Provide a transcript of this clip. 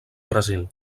brasil